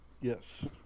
Yes